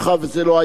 אבל, איך אומרים?